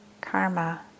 karma